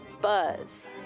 buzz